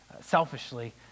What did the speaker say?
selfishly